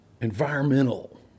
environmental